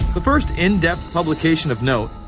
the first in-depth publication of note.